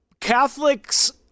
catholics